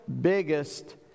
biggest